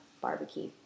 barbecue